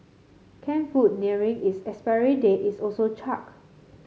canned food nearing its expiry date is also chucked